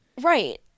right